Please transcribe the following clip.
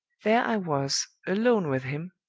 there i was, alone with him,